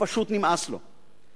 ופשוט נמאס לו.